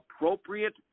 appropriate